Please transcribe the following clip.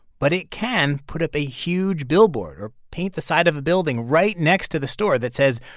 but it can put up a huge billboard or paint the side of a building right next to the store that says,